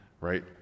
right